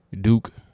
Duke